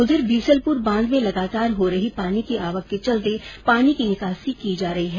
उधर बीसलपुर बांध में लगातार हो रही पानी की आवक के चलते पानी की निकासी की जा रही है